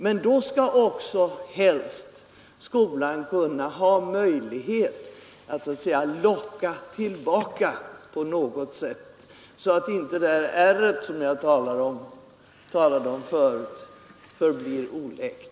Men då skall också skolan helst ha möjlighet att så att säga locka tillbaka eleverna på något sätt så att inte det där ärret, som jag talade om förut, förblir oläkt.